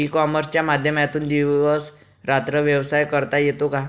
E कॉमर्सच्या माध्यमातून दिवस रात्र व्यवसाय करता येतो का?